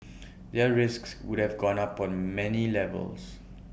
their risks would have gone up on many levels